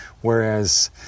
whereas